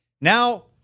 Now